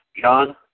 John